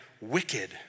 wicked